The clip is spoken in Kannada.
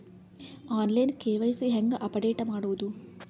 ಆನ್ ಲೈನ್ ಕೆ.ವೈ.ಸಿ ಹೇಂಗ ಅಪಡೆಟ ಮಾಡೋದು?